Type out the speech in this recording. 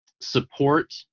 support